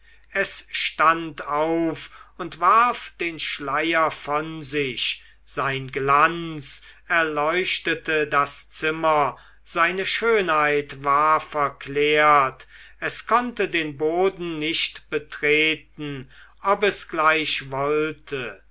es stand auf und warf den schleier von sich sein glanz erleuchtete das zimmer seine schönheit war verklärt es konnte den boden nicht betreten ob es gleich wollte